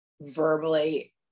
verbally